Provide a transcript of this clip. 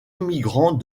immigrants